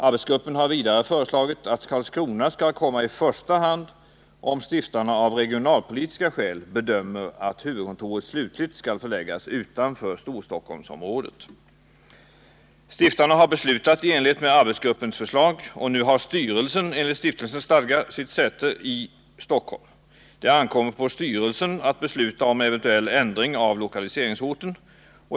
Arbetsgruppen har vidare föreslagit att Karlskrona skall komma i första hand om stiftarna av regionalpolitiska skäl bedömer att huvudkontoret slutligt skall förläggas utanför Storstockholmsområdet. Stiftarna har beslutat i enlighet med arbetsgruppens förslag. Nu har styrelsen enligt stiftelsens stadgar sitt säte i Stockholm. Det ankommer på styrelsen att besluta om eventuell ändring av lokaliseringsorten.